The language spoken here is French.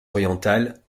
orientale